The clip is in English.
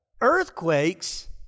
earthquakes